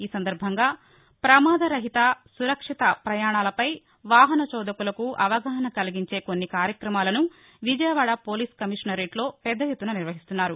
ఈ సందర్భంగా ప్రమాదరహిత సురక్షిత ప్రయాణాలపై వాహన చోదకులకు అవగాహన కలిగించే కొన్ని కార్యకమాలను విజయవాడ పోలీసు కమీషనరేట్లో పెద్ద ఎత్తున నిర్వహిస్తున్నారు